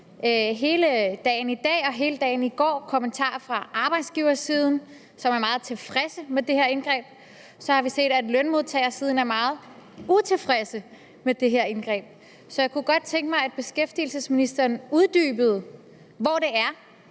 hele dagen i dag set, og hele dagen i går så vi, kommentarer fra arbejdsgiversiden, som er meget tilfredse med det her indgreb. Så har vi set, at lønmodtagersiden er meget utilfredse med det her indgreb. Så jeg kunne godt tænke mig, at beskæftigelsesministeren uddybede, hvor det er,